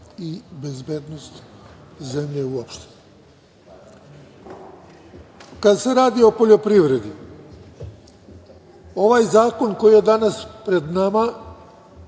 i bezbednost zemlje uopšte. Kada se radi o poljoprivredi ovaj zakon koji je danas pred nama